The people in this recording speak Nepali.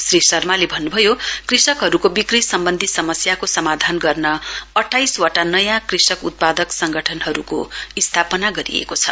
श्री शर्माले भन्न्भयो कृषकहरूको बिक्री सम्बन्धी समस्याको समाधान गर्न अठाइसवटा नयाँ कृषक उत्पादक संगठनहरू स्थापना गरिएको छ